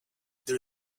there